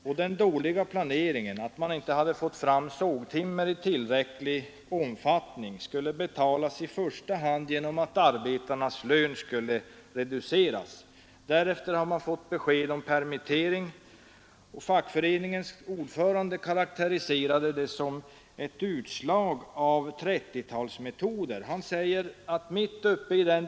Och den dåliga planeringen, att man inte hade fått fram sågtimmer i tillräcklig omfattning, skulle i första hand betalas genom reduktion av arbetarnas löner. Därefter har man fått besked om permittering, och fackföreningens ordförande karakteriserade det som ett utslag av 1930-talsmetoder.